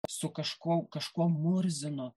su kažkuo kažkuo murzinu